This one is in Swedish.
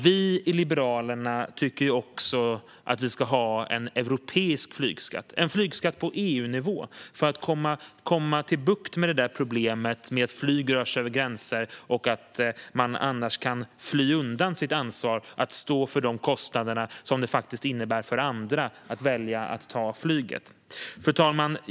Vi i Liberalerna tycker dock att vi ska ha en europeisk flygskatt, en flygskatt på EU-nivå, för att komma till rätta med problemet att flyg rör sig över gränser och att man annars kan fly undan sitt ansvar att stå för de kostnader som det innebär för andra att välja att ta flyget. Fru talman!